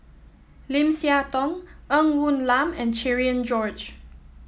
Lim Siah Tong Ng Woon Lam and Cherian George